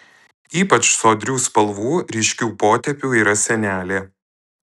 ypač sodrių spalvų ryškių potėpių yra senelė